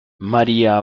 maría